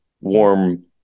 warm